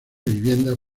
viviendas